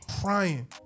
crying